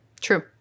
true